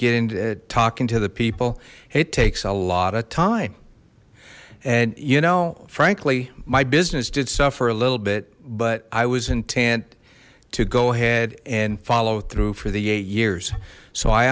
get into talking to the people it takes a lot of time and you know frankly my business did suffer a little bit but i was intent to go ahead and follow through for the eight years so i